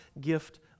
gift